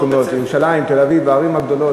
אני עד שגם במועצת העיר ירושלים.